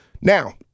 Now